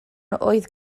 oedd